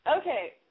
Okay